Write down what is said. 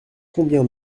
combien